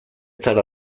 zara